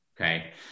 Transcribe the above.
Okay